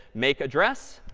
make address.